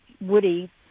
woody